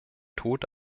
tod